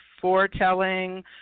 foretelling